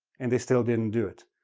and they still didn't do it.